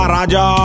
Raja